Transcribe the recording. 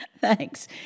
Thanks